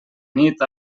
nit